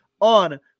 on